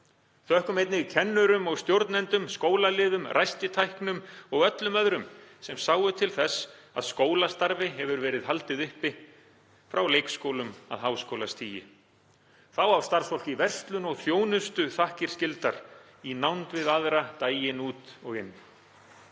Þökkum einnig kennurum og stjórnendum, skólaliðum, ræstitæknum og öllum öðrum sem sáu til þess að skólastarfi hefur verið haldið uppi, frá leikskólum að háskólastigi. Þá á starfsfólk í verslun og þjónustu þakkir skildar, í nánd við aðra daginn út og inn.